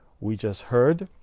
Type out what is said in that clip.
we just heard